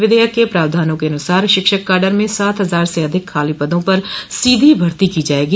विधेयक के प्रावधानों के अनुसार शिक्षक काडर में सात हजार से अधिक खाली पदों पर सीधी भर्ती की जाएगी